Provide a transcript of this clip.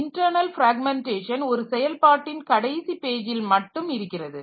internal fragmentation ஒரு செயல்பாட்டின் கடைசி பேஜில் மட்டும் இருக்கிறது